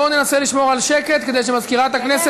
בואו ננסה לשמור על שקט כדי שמזכירת הכנסת